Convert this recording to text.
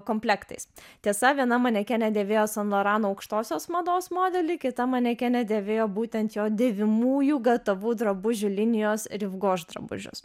komplektais tiesa viena manekenė dėvėjo san lorano aukštosios mados modelį kita manekenė dėvėjo būtent jo dėvimųjų gatavų drabužių linijos riv goš drabužius